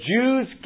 Jews